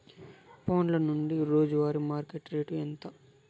ఫోన్ల నుండి రోజు వారి మార్కెట్ రేటు ఎంత?